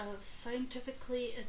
scientifically